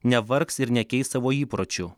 nevargs ir nekeis savo įpročių